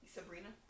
Sabrina